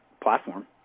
platform